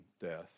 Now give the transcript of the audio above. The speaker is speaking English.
death